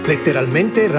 letteralmente